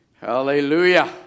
Hallelujah